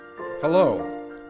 Hello